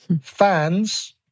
Fans